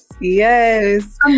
Yes